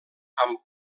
amb